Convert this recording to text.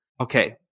okay